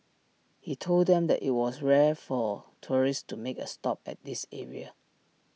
he told them that IT was rare for tourists to make A stop at this area